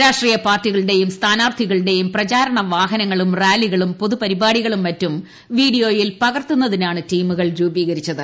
രാഷ്ട്രീയ പാർട്ടികളുടെയും സ്ഥാനാർഥികളുടെയും പ്രചാരണ വാഹനങ്ങളും റാലികളും പൊതു പരിപാടികളും മറ്റും വീഡീയോയിൽ പകർത്തുന്നതിനാണ് ടീമുകൾ രൂപീകരിച്ചത്